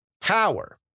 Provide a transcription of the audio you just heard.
power